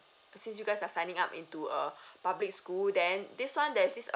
since you guys are signing up into a public school then this one there's this